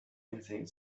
anything